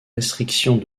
restrictions